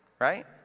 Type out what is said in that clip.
Right